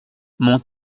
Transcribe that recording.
mon